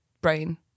brain